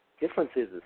Differences